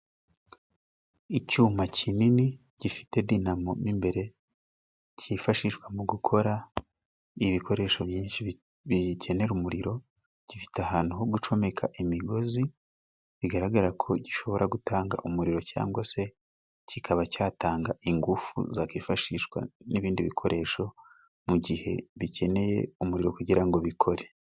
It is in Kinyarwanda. Icyuma kinini gifite dinamo mo imbere, cyifashishwa mu gukora ibikoresho byinshi bikenera umuriro. Gifite ahantu ho gucomeka imigozi bigaragara ko gishobora gutanga umuriro cyangwa se kikaba cyatanga ingufu zakifashishwa n'ibindi bikoresho, mu gihe bikeneye umuriro kugira ngo bikore.